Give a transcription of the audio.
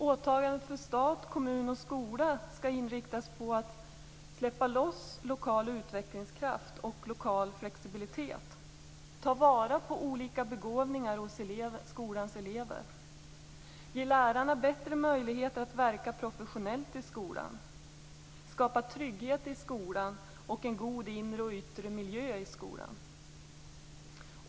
Åtagande för stat, kommun och skola skall inriktas på att - släppa loss lokal utvecklingskraft och lokal flexibilitet - ta vara på olika begåvningar hos skolans elever - ge lärarna bättre möjligheter att verka professionellt i skolan - skapa trygghet och en god inre och yttre miljö i skolan.